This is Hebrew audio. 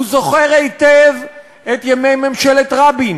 הוא זוכר היטב את ימי ממשלת רבין,